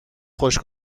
خوش